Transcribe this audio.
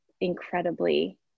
incredibly